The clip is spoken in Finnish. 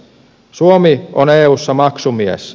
suomi on eussa maksumies